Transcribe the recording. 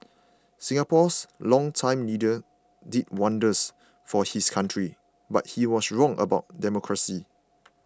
Singapore's longtime leader did wonders for his country but he was wrong about democracy